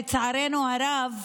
לצערנו הרב,